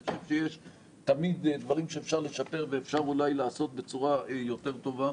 אני חושב שתמיד יש דברים שאפשר לשפר ואפשר אולי לעשות בצורה יותר טובה,